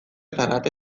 zarata